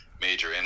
major